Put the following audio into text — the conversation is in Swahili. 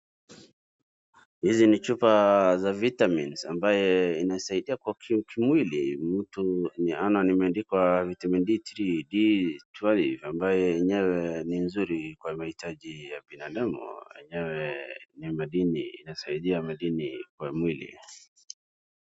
Hizi ni chupa za Vitamins ambaye inaidia kwa kimwili mtu. Naona imeandikwa VitaminD3 ambayo yenyewe ni nzuri kwa mahitaji ya binadamu. Enyewe ni madini inasaidia madini kwa mwili.